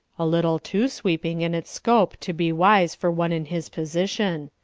a little too sweeping in its scope to be wise for one in his position.